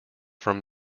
from